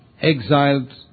exiled